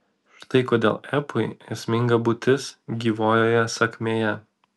štai kodėl epui esminga būtis gyvojoje sakmėje